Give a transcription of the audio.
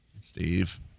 Steve